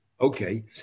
Okay